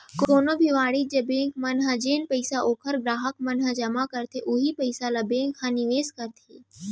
कोनो भी वाणिज्य बेंक मन ह जेन पइसा ओखर गराहक मन ह जमा करथे उहीं पइसा ल बेंक ह निवेस करथे